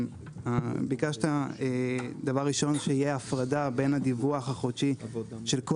ביקשת דבר ראשון שיהיה הפרדה בין הדיווח החודשי של כל